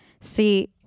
see